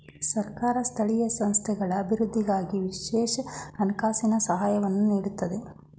ಸರ್ಕಾರ ಸ್ಥಳೀಯ ಸಂಸ್ಥೆಗಳ ಅಭಿವೃದ್ಧಿಗಾಗಿ ವಿಶೇಷ ಹಣಕಾಸಿನ ಸಹಾಯವನ್ನು ನೀಡುತ್ತದೆ